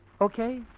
okay